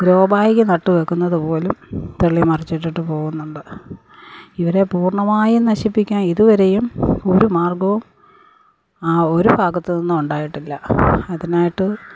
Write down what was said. grow ബാഗിൽ നട്ടുവക്കുന്നത് പോലും തള്ളിമറിച്ചിട്ടിട്ട് പോകുന്നുണ്ട് ഇവരെ പൂർണമായും നശിപ്പിക്കാൻ ഇതുവരെയും ഒരു മാർഗവും ഒരു ഭാഗത്തുനിന്നും ഉണ്ടായിട്ടില്ല അതിനായിട്ട്